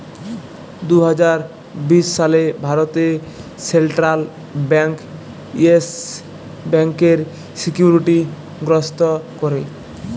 দু হাজার বিশ সালে ভারতে সেলট্রাল ব্যাংক ইয়েস ব্যাংকের সিকিউরিটি গ্রস্ত ক্যরে